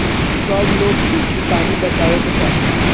सब लोग के की पानी बचावे के चाही